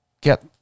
get